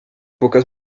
pocas